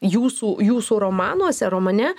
jūsų jūsų romanuose romane